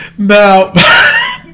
Now